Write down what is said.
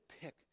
pick